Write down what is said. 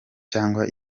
cyangwa